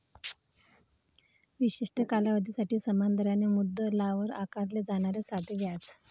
विशिष्ट कालावधीसाठी समान दराने मुद्दलावर आकारले जाणारे साधे व्याज